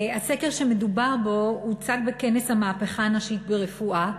הסקר שמדובר בו הוצג בכנס המהפכה הנשית ברפואה,